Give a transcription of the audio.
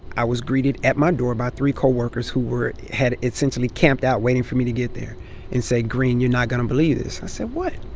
i was greeted at my door by three coworkers who were had essentially camped out waiting for me to get there and say, greene, you're not going to believe this. i said, what?